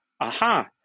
aha